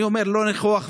אני אומר: לא ניחוח,